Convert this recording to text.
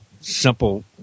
simple